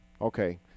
Okay